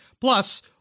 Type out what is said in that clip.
Plus